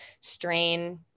strain